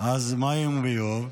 אז מים וביוב.